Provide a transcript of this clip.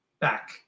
back